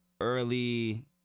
early